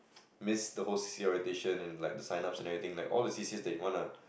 missed the whole C_C_A orientation and like the sign ups and everything like all the C_C_As you want lah